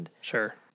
sure